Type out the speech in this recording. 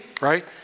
right